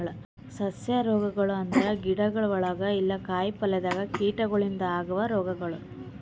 ಸಸ್ಯ ರೋಗಗೊಳ್ ಅಂದುರ್ ಗಿಡ ಒಳಗ ಇಲ್ಲಾ ಕಾಯಿ ಪಲ್ಯದಾಗ್ ಕೀಟಗೊಳಿಂದ್ ಆಗವ್ ರೋಗಗೊಳ್